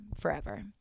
forever